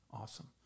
awesome